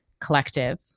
collective